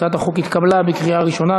הצעת החוק התקבלה בקריאה ראשונה,